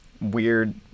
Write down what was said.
weird